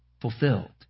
fulfilled